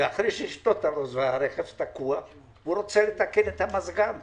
ואחרי שהרכב תקוע הוא רוצה לתקן את המזגן.